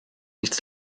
nichts